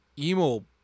emo